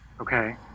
okay